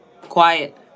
quiet